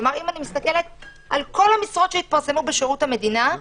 כלומר אם אני מסתכלת על כל המשרות שהתפרסמו בשירות המדינה,